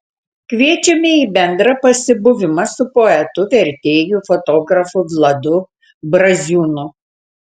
kviečiame į bendrą pasibuvimą su poetu vertėju fotografu vladu braziūnu